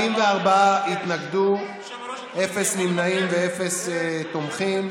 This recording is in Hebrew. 44 התנגדו, אפס נמנעים ואפס תומכים.